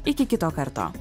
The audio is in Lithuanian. iki kito karto